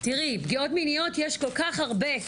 תראי, פגיעות מיניות יש כל כך הרבה,